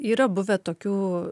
yra buvę tokių